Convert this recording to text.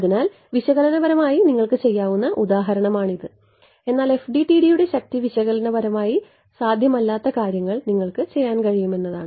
അതിനാൽ വിശകലനപരമായി നിങ്ങൾക്ക് ചെയ്യാവുന്ന ഉദാഹരണമാണിത് എന്നാൽ FDTD യുടെ ശക്തി വിശകലനപരമായി സാധ്യമല്ലാത്ത കാര്യങ്ങൾ നിങ്ങൾക്ക് ചെയ്യാൻ കഴിയും എന്നതാണ്